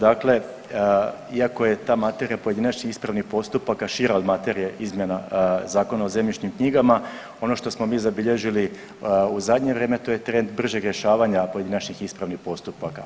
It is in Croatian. Dakle, iako je ta materija pojedinačnih ispravnih postupaka šira od materije izmjene Zakona o zemljišnim knjigama ono što smo mi zabilježili u zadnje vrijeme to je trend bržeg rješavanja pojedinačnih ispravnih postupaka.